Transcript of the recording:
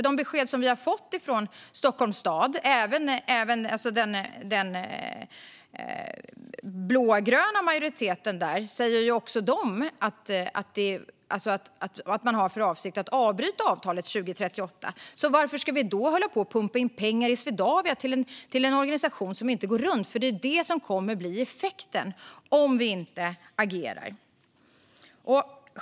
De besked vi har fått från Stockholms stad - den blågröna majoriteten - är att avsikten är att avsluta avtalet 2038. Varför då pumpa in pengar till Swedavia, till en organisation som inte går runt? Det är det som kommer att bli effekten om vi inte agerar.